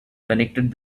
connected